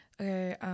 Okay